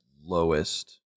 lowest